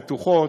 בטוחות,